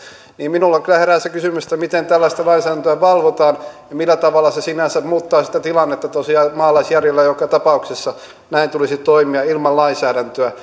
minulla kyllä herää se kysymys että miten tällaista lainsäädäntöä valvotaan ja millä tavalla se sinänsä muuttaa sitä tilannetta tosiaan maalaisjärjellä joka tapauksessa näin tulisi toimia ilman lainsäädäntöä